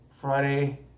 Friday